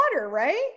right